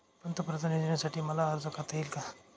पंतप्रधान योजनेसाठी मला अर्ज करता येईल का?